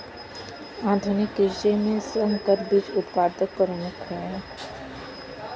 आधुनिक कृषि में संकर बीज उत्पादन प्रमुख है